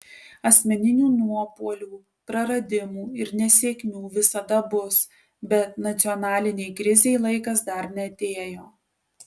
asmeninių nuopuolių praradimų ir nesėkmių visada bus bet nacionalinei krizei laikas dar neatėjo